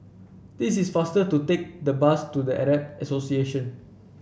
this is faster to take the bus to The Arab Association